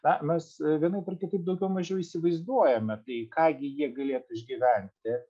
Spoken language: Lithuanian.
na mes vienaip ar kitaip daugiau mažiau įsivaizduojame tai ką gi jie galėtų išgyventi